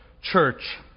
church